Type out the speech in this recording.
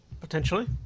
Potentially